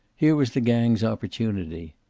here was the gang's opportunity.